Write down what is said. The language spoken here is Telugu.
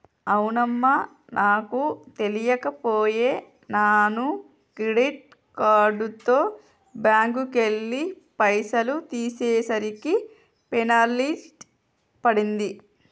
అవునమ్మా నాకు తెలియక పోయే నాను క్రెడిట్ కార్డుతో బ్యాంకుకెళ్లి పైసలు తీసేసరికి పెనాల్టీ పడింది